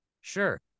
sure